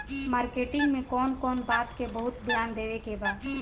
Marketing मे कौन कौन बात के बहुत ध्यान देवे के बा?